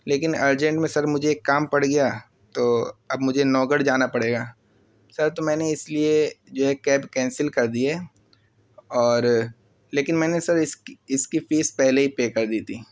لیکن ارجنٹ میں سر مجھے ایک کام پڑ گیا تو اب مجھے نوگڑھ جانا پڑے گا سر تو میں نے اس لیے جو ہے کیب کینسل کر دی ہے اور لیکن میں نے سر اس کی اس کی پیس پہلے ہی پے کر دی تھی